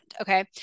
Okay